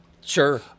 Sure